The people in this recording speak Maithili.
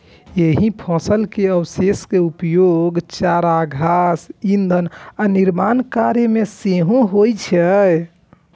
एहि फसल के अवशेष के उपयोग चारा, घास, ईंधन आ निर्माण कार्य मे सेहो होइ छै